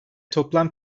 toplam